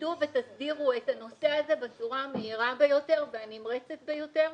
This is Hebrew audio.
תתכבדו ותסדירו את הנושא הזה בצורה המהירה ביותר והנמרצת ביותר,